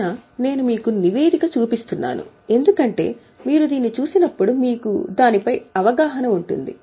అయినా నేను మీకు నివేదిక చూపిస్తున్నాను ఎందుకంటే మీరు దీన్ని చూసినప్పుడు మీకు దాని పై అవగాహన ఉంటుంది